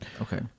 Okay